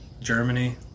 Germany